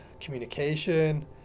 communication